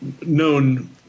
known